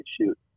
Shoot